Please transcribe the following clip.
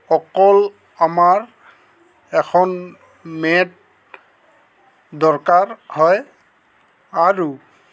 অকল আমাৰ এখন মেট দৰকাৰ হয় আৰু